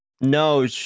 No